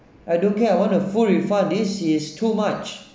I don't care I want a full refund this is too much